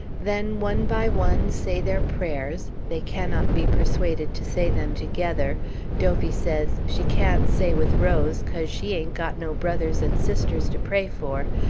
then one by one say their prayers they cannot be persuaded to say them together dophy says she can't say with rose, cause she ain't got no brothers and sisters to pray for,